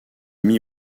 mis